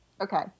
Okay